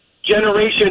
generation